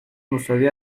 مساوی